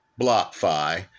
BlockFi